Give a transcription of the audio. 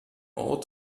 ort